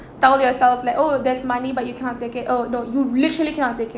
tell yourself like oh there's money but you cannot take it oh no you literally cannot take it